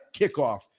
kickoff